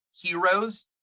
heroes